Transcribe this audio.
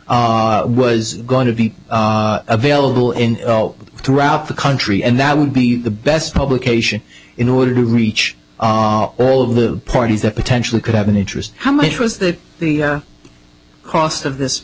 was going to be available in throughout the country and that would be the best publication in order to reach all of the parties that potentially could have an interest how much was that the cost of this